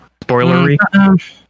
spoilery